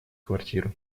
квартиры